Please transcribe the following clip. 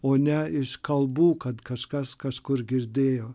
o ne iš kalbų kad kažkas kažkur girdėjo